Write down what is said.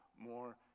more